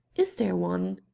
is there one?